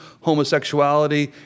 homosexuality